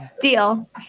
Deal